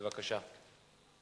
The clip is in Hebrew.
בבקשה.